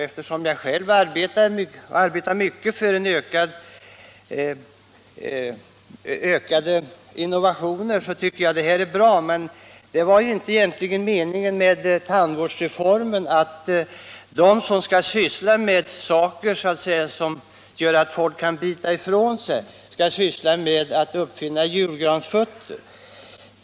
Eftersom jag själv arbetar mycket för en ökning av inno vationer tycker jag att det är bra, men det var egentligen inte meningen med tandvårdsreformen att de som skall syssla med saker som gör att folk kan bita ifrån sig sysslar med att uppfinna julgransfötter.